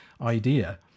idea